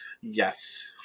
yes